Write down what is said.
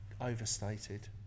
overstated